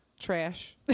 Trash